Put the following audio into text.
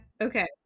Okay